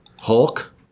Hulk